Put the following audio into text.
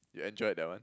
you enjoyed that one